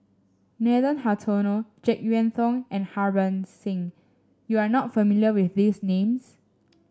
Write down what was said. Nathan Hartono JeK Yeun Thong and Harbans Singh you are not familiar with these names